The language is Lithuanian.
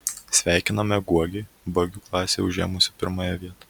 sveikiname guogį bagių klasėje užėmusį pirmąją vietą